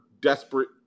desperate